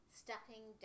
stepping